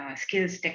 skills